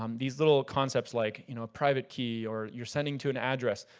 um these little concepts like, you know, private key or you're sending to an address.